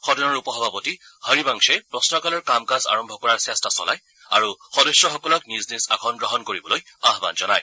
সদনৰ উপ সভাপতি হৰিবংশে প্ৰশ্নকালৰ কাম কাজ আৰম্ভ কৰাৰ চেষ্টা চলায় আৰু সদস্যসকলক নিজ নিজ আসন গ্ৰহণ কৰিবলৈ আহান জনায়